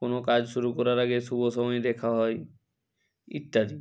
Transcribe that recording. কোনো কাজ শুরু করার আগে শুভ সময় দেখা হয় ইত্যাদি